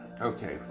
Okay